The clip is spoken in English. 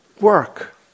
work